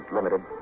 Limited